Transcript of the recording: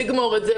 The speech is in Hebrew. לגמור את זה,